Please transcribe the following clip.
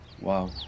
Wow